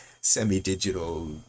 semi-digital